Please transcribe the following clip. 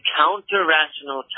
counter-rational